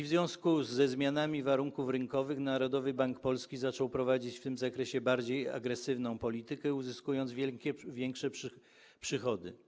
W związku ze zmianami warunków rynkowych Narodowy Bank Polski zaczął prowadzić w tym zakresie bardziej agresywną politykę, uzyskując większe przychody.